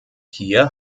hier